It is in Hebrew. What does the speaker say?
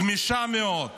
גמישה מאוד,